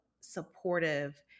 supportive